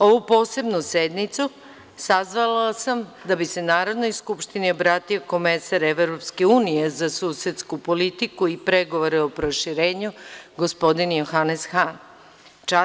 Ovu posebnu sednicu sazvala sam da bi se Narodnoj skupštini obratio komesar Evropske unije za susedsku politiku i pregovore o proširenju, gospodin Johanes Han.